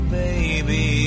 baby